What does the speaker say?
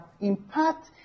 impact